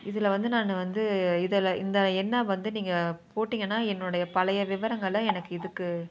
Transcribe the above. இதில் வந்து நான் வந்து இதில் இந்த எண்ணை வந்து நீங்கள் போட்டிங்கன்னால் என்னோடய பழைய விவரங்களை எனக்கு இதுக்கு